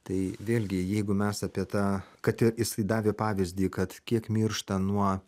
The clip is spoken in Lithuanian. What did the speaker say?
tai vėlgi jeigu mes apie tą kad jisai davė pavyzdį kad kiek miršta nuo